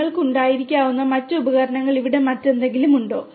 നിങ്ങൾക്ക് ഉണ്ടായിരിക്കാവുന്ന മറ്റ് ഉപകരണങ്ങൾ ഇവിടെ മറ്റെന്തെങ്കിലും ഉണ്ടോ